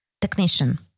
technician